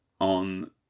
on